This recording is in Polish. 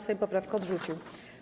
Sejm poprawkę odrzucił.